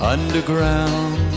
Underground